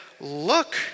look